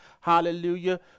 hallelujah